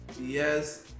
yes